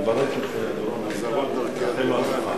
תברך את דורון אביטל ותאחל לו הצלחה.